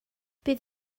bydd